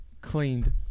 cleaned